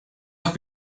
has